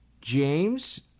James